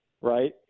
Right